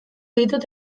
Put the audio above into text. ditut